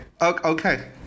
Okay